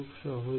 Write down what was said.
খুবই সহজ